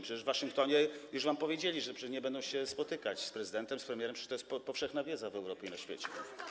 Przecież w Waszyngtonie już wam powiedzieli, że nie będą się spotykać z prezydentem, z premierem, przecież to jest powszechna wiedza w Europie i na świecie.